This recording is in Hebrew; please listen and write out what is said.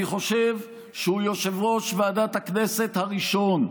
אני חושב שהוא יושב-ראש ועדת הכנסת הראשון,